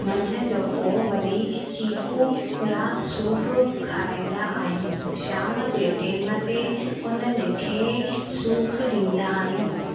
मंझंदि जो पोइ वरी चीकू या सूफ़ु खाराईंदा आहियूं शाम जे टाइम ते उन्हनि खे सूफ़ु ॾींदा आहियूं